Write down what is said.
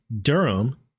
Durham